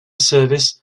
service